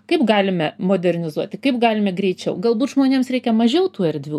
kaip galime modernizuoti kaip galime greičiau galbūt žmonėms reikia mažiau tų erdvių